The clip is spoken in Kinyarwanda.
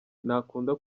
ntakunda